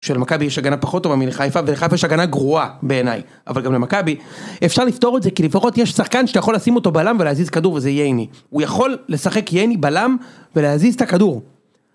שלמכבי יש הגנה פחות טובה מלחיפה ולחיפה יש הגנה גרועה בעיניי אבל גם למכבי אפשר לפתור את זה כי לפחות יש שחקן שיכול לשים אותו בלם ולהזיז כדור וזה ייני הוא יכול לשחק ייני בלם ולהזיז את הכדור